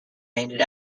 handed